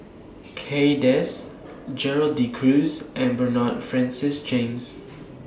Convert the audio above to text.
Kay Das Gerald De Cruz and Bernard Francis James